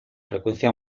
frecuencia